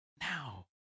now